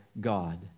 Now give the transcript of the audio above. God